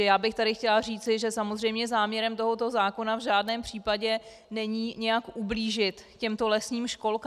Já bych tady chtěla říci, že samozřejmě záměrem tohoto zákona v žádném případě není nějak ublížit těmto lesním školkám.